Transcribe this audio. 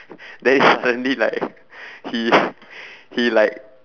then suddenly like he he like